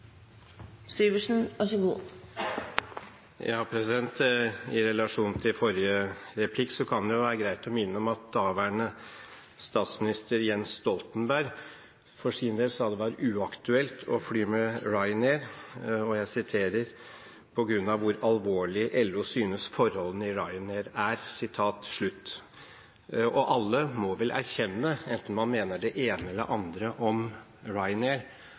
I relasjon til forrige replikk kan det være greit å minne om at daværende statsminister Jens Stoltenberg for sin del sa det var uaktuelt å fly med Ryanair – på grunn av «hvor alvorlig LO synes forholdene i Ryanair er». Alle må vel erkjenne, enten man mener det ene eller det andre om Ryanair,